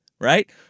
right